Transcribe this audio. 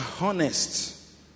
honest